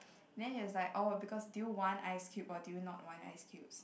then she was like oh because do you want ice cube or do you not want ice cubes